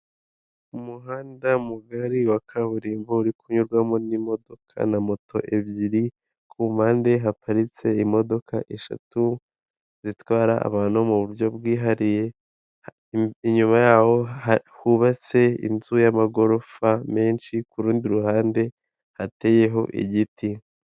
Umuhanda mugari wa kaburimbo uri kunyurwamo n'imodoka na moto ebyiri, ku mpande haparitse imodoka eshatu zitwara abantu mu buryo bwihariye, inyuma yaho hubatse inzu y'amagorofa menshi kurundi ruhande hateyeho igiti.